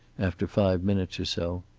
after five minutes or so.